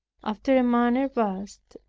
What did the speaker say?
after a manner vast,